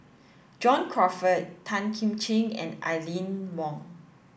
John Crawfurd Tan Kim Ching and Aline Wong